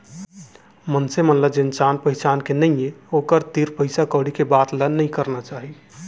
मनसे ल जेन जान पहिचान के नइये ओकर तीर पइसा कउड़ी के बाते ल नइ करना चाही